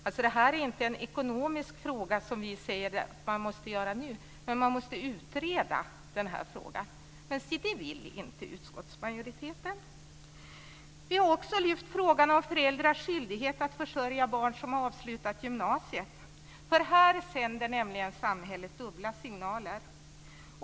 Det här är som vi ser det inte en ekonomisk fråga som man nu måste åtgärda, men man måste utreda frågan. Men se det vill inte utskottsmajoriteten! Vi har också lyft frågan om föräldrars skyldighet att försörja barn som har avslutat gymnasiet. Här sänder nämligen samhället dubbla signaler.